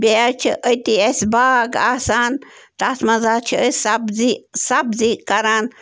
بیٚیہِ حظ چھِ أتی اَسہِ باغ آسان تَتھ منٛز حظ چھِ أسۍ سبزی سبزی کَران